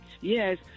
Yes